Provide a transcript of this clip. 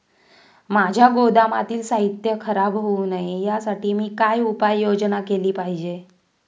माझ्या गोदामातील साहित्य खराब होऊ नये यासाठी मी काय उपाय योजना केली पाहिजे?